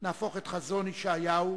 נהפוך את חזון ישעיהו,